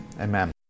Amen